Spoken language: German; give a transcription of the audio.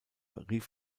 rief